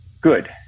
good